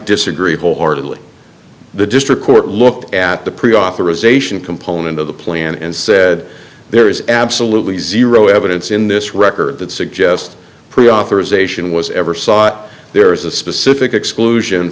disagree wholeheartedly the district court looked at the preauthorization component of the plan and said there is absolutely zero evidence in this record that suggests pre authorization was ever saw out there is a specific exclusion